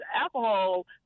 alcohol